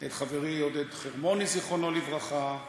את חברי עודד חרמוני, זיכרונו לברכה,